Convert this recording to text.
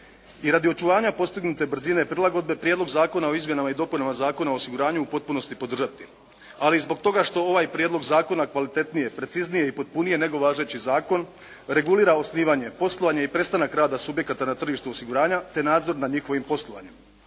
i radi očuvanja postignute brzine prilagodbe Prijedlog zakon o izmjenama i dopunama Zakona o osiguranju u potpunosti podržati, ali i zbog toga što ovaj prijedlog zakona kvalitetnije, preciznije i potpunije nego važeći zakon regulira osnivanje, poslovanje i prestanak rada subjekata na tržištu osiguranja te nadzor nad njihovim poslovanjem.